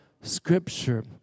Scripture